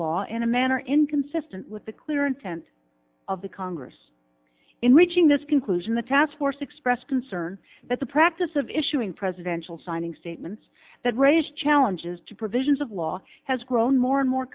law in a manner inconsistent with the clear intent of the congress in reaching this conclusion the task force expressed concern that the practice of issuing presidential signing statements that raise challenges to provisions of law has grown more and more